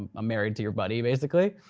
i'm ah married to your buddy basically,